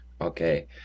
okay